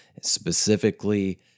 Specifically